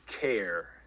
care